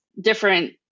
different